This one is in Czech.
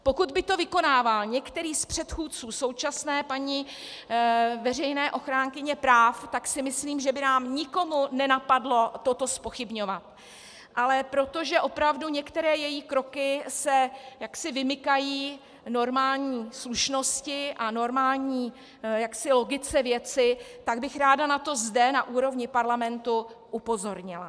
Pokud by to vykonával některý z předchůdců současné paní veřejné ochránkyně práv, tak si myslím, že by nás nikoho nenapadlo toto zpochybňovat, ale protože opravdu některé její kroky se vymykají normální slušnosti a normální logice věci, tak bych ráda na to zde, na úrovni Parlamentu, upozornila.